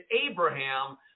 Abraham